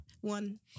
One